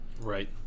right